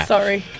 Sorry